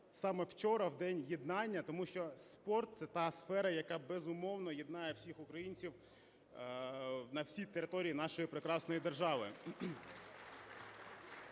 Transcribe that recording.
саме вчора - в День єднання. Тому що спорт – це та сфера, яка, безумовно, єднає всіх українців на всій території нашої прекрасної держави.